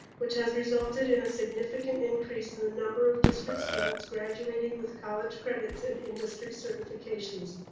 which has resulted in a significant increase in the number of district students graduating with college credits and industry certifications,